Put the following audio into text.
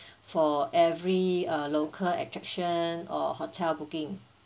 for every uh local attraction or hotel booking